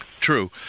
True